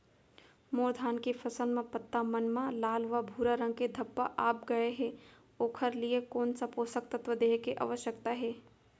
मोर धान के फसल म पत्ता मन म लाल व भूरा रंग के धब्बा आप गए हे ओखर लिए कोन स पोसक तत्व देहे के आवश्यकता हे?